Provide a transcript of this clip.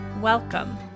welcome